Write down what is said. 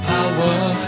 Power